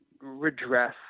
redress